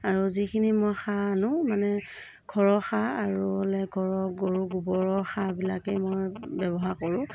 আৰু যিখিনি মই সাৰ আনো মানে ঘৰৰ সাৰ আৰু লে ঘৰৰ গৰুৰ গোবৰৰ সাৰবিলাকেই মই ব্যৱহাৰ কৰোঁ